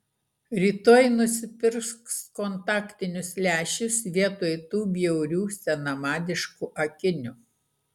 rytoj nusipirks kontaktinius lęšius vietoj tų bjaurių senamadiškų akinių